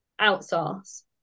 outsource